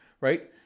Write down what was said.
right